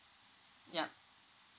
yup